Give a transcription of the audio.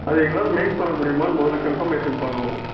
அதை எங்களால் மேக் பண்ண முடியுமான்னு முதல்ல கன்ஃபர்மேஷன் பண்ணுவோம்